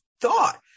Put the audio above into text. thought